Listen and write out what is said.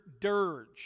dirge